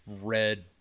red